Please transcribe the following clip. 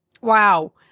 wow